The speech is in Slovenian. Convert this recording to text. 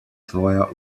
tvoja